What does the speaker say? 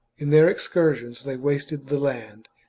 in their excursions they wasted the land.